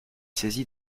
saisi